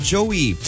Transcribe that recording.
Joey